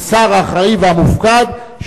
כשר האחראי והמופקד,